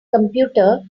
computer